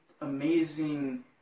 amazing